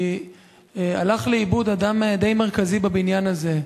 כי הלך לאיבוד אדם די מרכזי בבניין הזה.